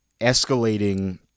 escalating